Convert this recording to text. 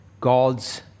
god's